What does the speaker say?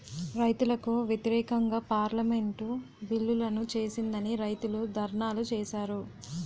రైతులకు వ్యతిరేకంగా పార్లమెంటు బిల్లులను చేసిందని రైతులు ధర్నాలు చేశారు